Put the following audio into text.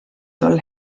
tol